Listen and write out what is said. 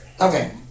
Okay